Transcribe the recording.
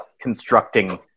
constructing